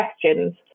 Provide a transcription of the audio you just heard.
questions